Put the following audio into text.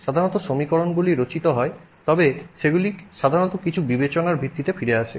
সাধারণত সমীকরণগুলি রচিত হয় তবে সেগুলি সাধারণত কিছু বিবেচনার ভিত্তিতে ফিরে আসে